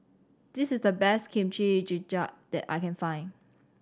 this is the best Kimchi Jjigae that I can find